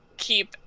Keep